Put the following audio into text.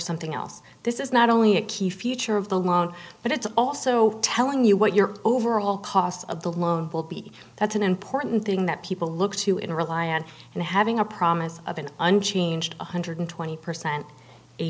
something else this is not only a key feature of the loan but it's also telling you what your overall cost of the loan will be that's an important thing that people look to in rely on and having a promise of an unchanged one hundred twenty percent a